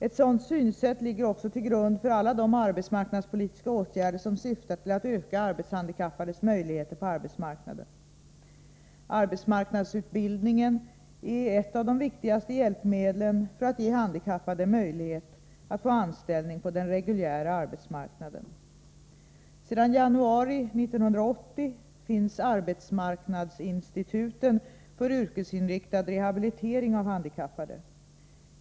Ett sådant synsätt ligger också till grund för alla de arbetsmarknadspolitiska åtgärder som syftar till att öka arbetshandikappades möjligheter på arbetsmarknaden. Arbetsmarknadsutbildningen är ett av de viktigaste hjälpmedlen för att ge handikappade möjlighet att få anställning på den reguljära arbetsmarknaden. Sedan januari 1980 finns arbetsmarknadsinstituten för yrkesinriktad rehabilitering av handikappade.